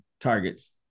targets